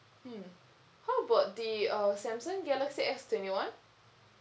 hmm how about the uh samsung galaxy S twenty one